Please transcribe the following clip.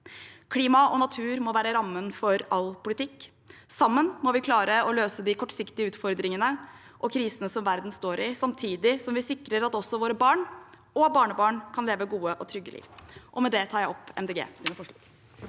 Klima og natur må være rammen for all politikk. Sammen må vi klare å løse de kortsiktige utfordringene og krisene som verden står i, samtidig som vi sikrer at også våre barn og barnebarn kan leve et godt og trygt liv. Med det tar jeg opp Miljøpartiet